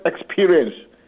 experience